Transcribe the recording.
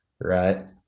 Right